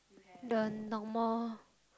the normal